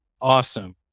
awesome